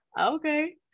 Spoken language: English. okay